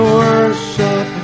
worship